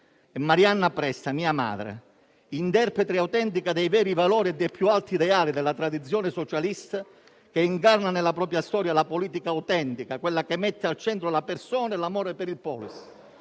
Marianna Presta, mia madre, interprete autentica dei veri valori e dei più alti ideali della tradizione socialista, che incarna nella propria storia la politica autentica, quella che mette al centro la persona e l'amore per la *polis*;